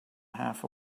half